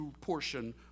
portion